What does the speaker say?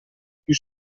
più